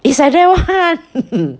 it's like that [one]